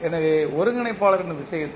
எனவே ஒருங்கிணைப்பாளரின் விஷயத்தில்